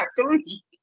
three